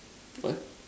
what